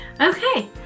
okay